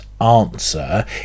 answer